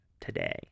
today